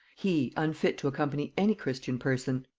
he, unfit to accompany any christian person?